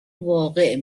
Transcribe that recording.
واقع